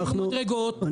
לא יהיו מדרגות,